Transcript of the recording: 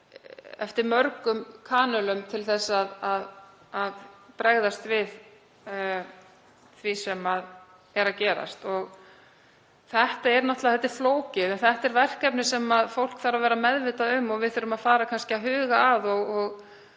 eftir mörgum kanölum til að bregðast við því sem er að gerast. Þetta er náttúrlega flókið en þetta er verkefni sem fólk þarf að vera meðvitað um. Við þurfum að fara að huga að